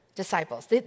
disciples